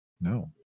No